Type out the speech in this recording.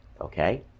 okay